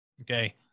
Okay